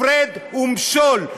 הפרד ומשול.